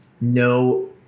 no